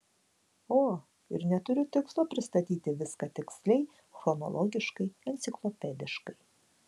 o ir neturiu tikslo pristatyti viską tiksliai chronologiškai enciklopediškai